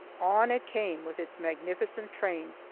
on it came with its magnificent train,